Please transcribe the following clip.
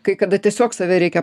kai kada tiesiog save reikia